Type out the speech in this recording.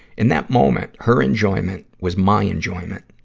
in that moment, her enjoyment was my enjoyment.